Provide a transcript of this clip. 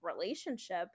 relationship